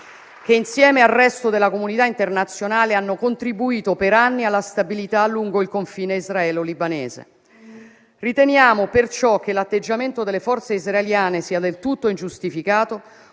che, insieme al resto della comunità internazionale, hanno contribuito per anni alla stabilità lungo il confine israelo-libanese. Riteniamo perciò che l'atteggiamento delle forze israeliane sia del tutto ingiustificato,